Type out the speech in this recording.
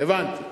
אני